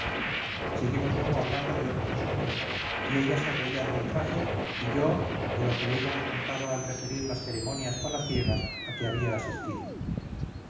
seguimos luego hablando de otros asuntos y ella se reíade mi traje y yo de lo que ella me contaba al referir las ceremonias palaciegas a que había asistido